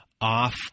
off